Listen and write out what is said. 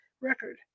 record